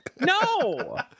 No